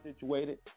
situated